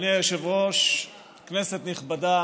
אדוני היושב-ראש, כנסת נכבדה,